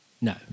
no